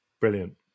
Brilliant